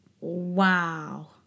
Wow